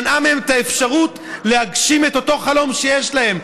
מנעה מהם את האפשרות להגשים את אותו חלום שיש להם,